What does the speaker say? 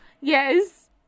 Yes